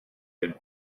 been